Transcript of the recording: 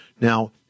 Now